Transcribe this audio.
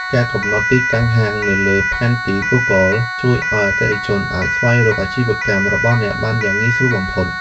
ការកំណត់ទីតាំងហាងនៅលើផែនទីហ្គូហ្គលជួយឱ្យអតិថិជនអាចស្វែងរកអាជីវកម្មរបស់អ្នកបានយ៉ាងងាយស្រួលបំផុត។